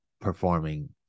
performing